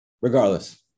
regardless